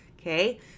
Okay